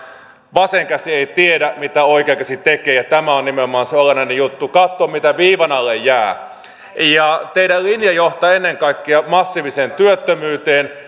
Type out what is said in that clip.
vasen käsi ei tiedä mitä oikea käsi tekee ja tämä on nimenomaan se olennainen juttu katsoa mitä viivan alle jää teidän linjanne johtaa ennen kaikkea massiiviseen työttömyyteen